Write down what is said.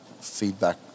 feedback